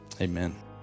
Amen